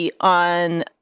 on